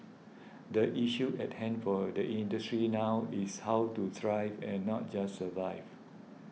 the issue at hand for the industry now is how to thrive and not just survive